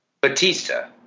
Batista